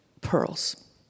pearls